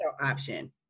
option